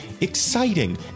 exciting